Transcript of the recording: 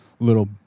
little